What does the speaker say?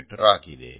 me ಆಗಿದೆ